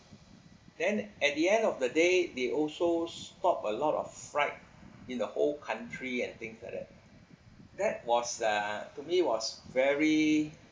then at the end of the day they also stop a lot of flight in the whole country and things like that that was uh to me was very